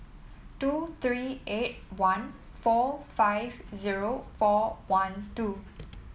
two three eight one four five zero four one two